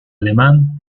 alemán